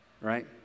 right